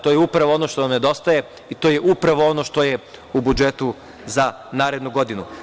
To je upravo ono što nam nedostaje i to je upravo ono što je u budžetu za narednu godinu.